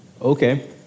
okay